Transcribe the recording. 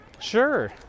Sure